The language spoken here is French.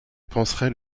penserait